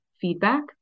feedback